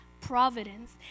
providence